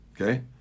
okay